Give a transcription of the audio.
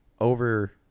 Over